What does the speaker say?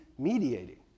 mediating